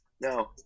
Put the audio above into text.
No